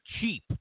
cheap